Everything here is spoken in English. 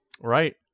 Right